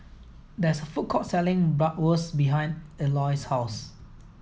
there's a food court selling Bratwurst behind Elois' house